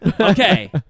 Okay